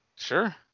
Sure